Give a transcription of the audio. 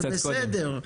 זה בסדר.